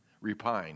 Repine